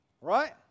Right